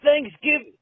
Thanksgiving